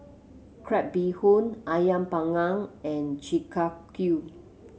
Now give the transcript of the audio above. Crab Bee Hoon ayam panggang and Chi Kak Kuih